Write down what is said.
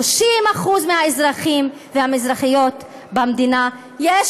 על 30% מהאזרחים והאזרחיות במדינה יש